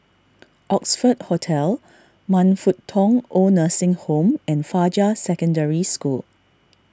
Oxford Hotel Man Fut Tong Oid Nursing Home and Fajar Secondary School